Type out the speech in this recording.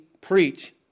preach